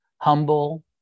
humble